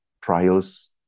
trials